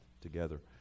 together